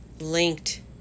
Linked